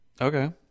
Okay